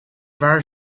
waar